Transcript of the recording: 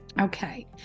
Okay